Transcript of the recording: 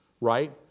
Right